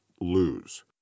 lose